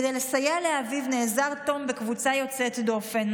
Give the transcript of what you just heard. כדי לסייע לאביו נעזר תום בקבוצה יוצאת דופן,